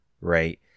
right